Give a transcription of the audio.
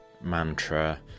mantra